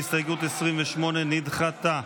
הסתייגות 28 נדחתה.